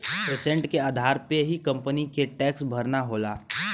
asset के आधार पे ही कंपनी के टैक्स भरना होला